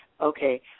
Okay